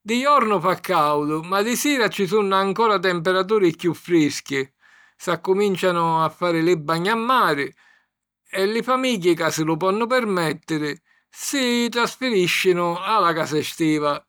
di jornu fa càudu ma di sira ci sunnu ancora temperaturi chiù frischi. S'accumìncianu a fari li bagni a mari e li famigghi ca si lu ponnu permèttiri, si trasfirìscinu a la casa estiva.